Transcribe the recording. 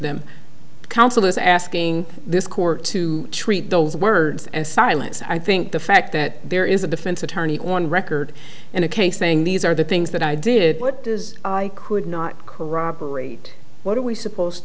them counsel is asking this court to treat those words and silence i think the fact that there is a bitch since attorney on record in a case saying these are the things that i did what does could not corroborate what are we supposed